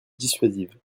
dissuasive